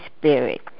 spirit